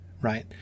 right